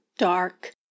Dark